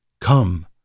Come